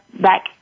back